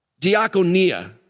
diakonia